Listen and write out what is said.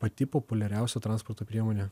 pati populiariausia transporto priemonė